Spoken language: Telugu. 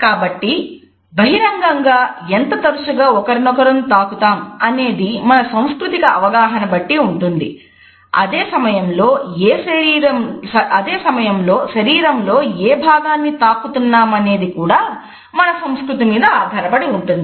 కాబట్టి బహిరంగంగా ఎంత తరచుగా ఒకరినొకరు తాకుతాం అనేది మన సాంస్కృతిక అవగాహన బట్టి ఉంటుంది అదే సమయంలో శరీరంలో ఏ భాగాన్ని తాకుతున్నామనేది కూడా మన సంస్కృతి మీద ఆధారపడి ఉంటుంది